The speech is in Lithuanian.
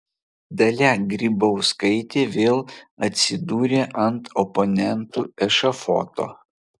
dalia grybauskaitė vėl atsidūrė ant oponentų ešafoto